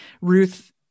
Ruth